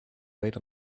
wait